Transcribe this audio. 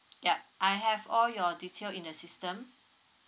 yup I have all your detail in the system